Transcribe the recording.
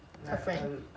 her friend